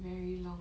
very long